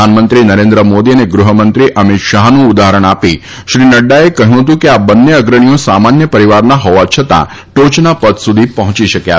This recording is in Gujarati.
પ્રધાનમંત્રી નરેન્દ્ર મોદી અને ગૃહમંત્રી અમિત શાહનું ઉદાહરણ આપી શ્રી નફાએ કહ્યું હતું કે આ બંને અગ્રણીઓ સામાન્ય પરિવારના હોવા છતાં ટોચના પદ સુધી પહોંચી શક્યા છે